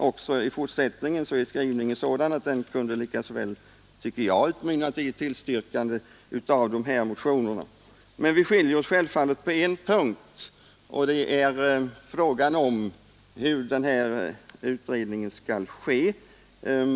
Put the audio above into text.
Också i fortsättningen är skrivningen sådan att den lika väl, tycker jag, kunde ha Vi skiljer oss självfallet på en punkt, nämligen i fråga om hur denna utredning skall ske.